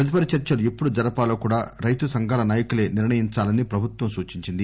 తదుపరి చర్చలు ఎప్పుడు జరపాలో కూడా రైతు సంఘాల నాయకులే నిర్ణయిందాలని ప్రభుత్వం సూచించింది